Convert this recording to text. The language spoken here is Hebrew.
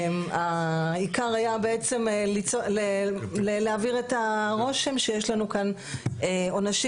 העיקר היה בעצם להעביר את הרושם שיש לנו כאן עונשים